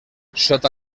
sota